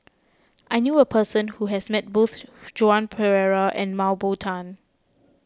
I knew a person who has met both Joan Pereira and Mah Bow Tan